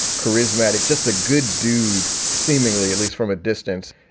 charismatic, just a good dude, seemingly, at least from a distance.